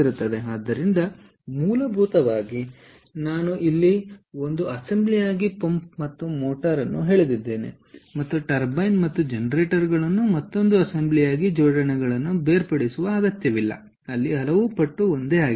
ಆದ್ದರಿಂದ ಮೂಲಭೂತವಾಗಿ ನಾನು ಇಲ್ಲಿ ಒಂದು ಅಸೆಂಬ್ಲಿಯಾಗಿ ಪಂಪ್ ಮತ್ತು ಮೋಟರ್ ಅನ್ನು ಎಳೆದಿದ್ದೇನೆ ಮತ್ತು ಟರ್ಬೈನ್ಮತ್ತು ಜನರೇಟರ್ ಗಳನ್ನು ಮತ್ತೊಂದು ಅಸೆಂಬ್ಲಿಯಾಗಿ ಜೋಡಣೆಗಳನ್ನು ಬೇರ್ಪಡಿಸುವ ಅಗತ್ಯವಿಲ್ಲ ಅಲ್ಲಿ ಹಲವು ಪಟ್ಟು ಒಂದೇ ಆಗಿರುತ್ತದೆ